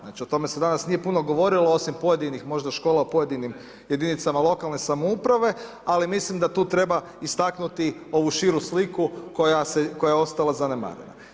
Znači o tome se danas nije puno govorio osim pojedinih možda škola u pojedinim jedinicama lokalne samouprave ali misli da tu treba istaknuti ovu širu sliku koja je ostala zanemarena.